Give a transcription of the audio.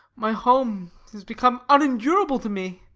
my home has become unendurable to me,